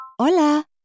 Hola